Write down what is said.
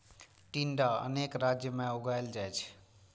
टिंडा अनेक राज्य मे उगाएल जाइ छै